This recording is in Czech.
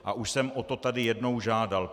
A už jsem o to tady jednou žádal.